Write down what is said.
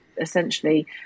essentially